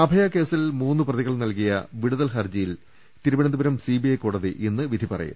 അഭയകേസിൽ മൂന്ന് പ്രതികൾ നൽകിയ വിടുതൽ ഹർജിയിൽ തിരുവനന്തപുരം സിബിഐ കോടതി ഇന്ന് വിധി പറയും